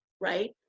right